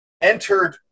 entered